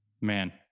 Man